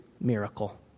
miracle